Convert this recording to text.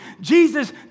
Jesus